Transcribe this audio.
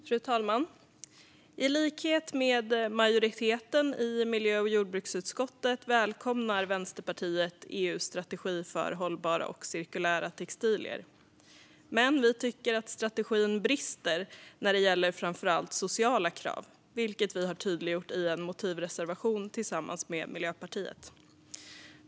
Fru talman! I likhet med majoriteten i miljö och jordbruksutskottet välkomnar Vänsterpartiet EU:s strategi för hållbara och cirkulära textilier. Men vi tycker att strategin brister när det gäller framför allt sociala krav, vilket vi har tydliggjort i en motivreservation tillsammans med Miljöpartiet.